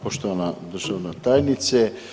Poštovana državna tajnice.